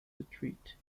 retreat